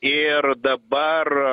ir dabar